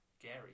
Gary